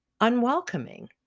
unwelcoming